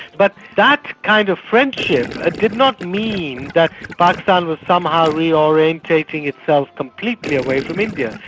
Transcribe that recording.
but that kind of friendship did not mean that pakistan was somehow reorientating itself completely away from india.